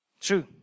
True